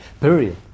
period